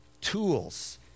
Tools